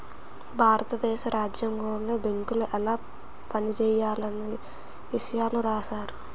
భారత దేశ రాజ్యాంగంలోనే బేంకులు ఎలా పనిజేయాలన్న ఇసయాలు రాశారు